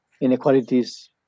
inequalities